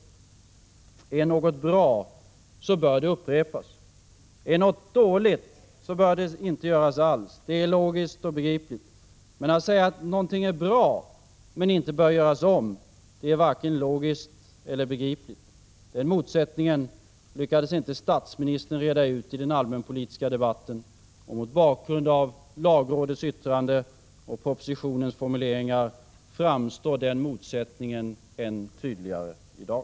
Är något bra, bör det upprepas. Är något dåligt, bör det inte göras alls. Det är logiskt och begripligt. Men att säga att något är bra men inte bör göras om, det är varken logiskt eller begripligt. Den motsättningen lyckades inte statsministern reda ut i den allmänpolitiska debatten. Mot bakgrund av lagrådets yttrande och formuleringarna i propositionen framstår den motsättningen än tydligare i dag.